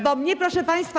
Bo mi nie, proszę państwa.